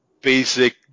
basic